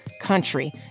country